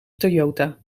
toyota